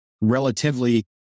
relatively